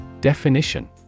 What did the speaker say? Definition